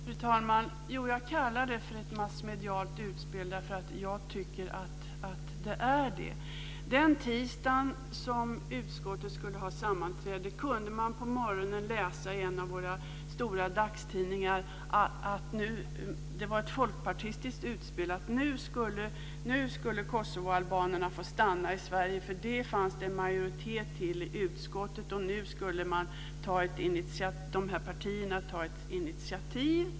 Fru talman! Jag kallar det för ett massmedialt utspel därför att jag tycker att det är det. Den tisdag som utskottet skulle ha sammanträde kunde man på morgonen läsa i en av våra stora dagstidningar att det hade gjorts ett folkpartistiskt utspel om att kosovoalbanerna nu skulle få stanna i Sverige, för det fanns det en majoritet för i utskottet. Nu skulle dessa partier ta ett initiativ.